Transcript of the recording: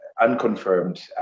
unconfirmed